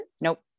Nope